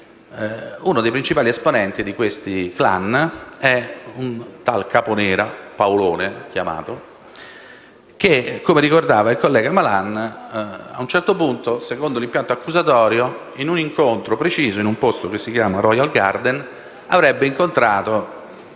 Uno dei principali esponenti di questi *clan* è tal Caponera, detto Paolone, che - come ricordava il collega Malan - a un certo punto, secondo l'impianto accusatorio, in un incontro preciso, in un ristorante chiamato Royal Garden, avrebbe incontrato